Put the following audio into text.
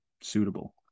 suitable